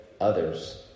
others